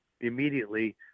immediately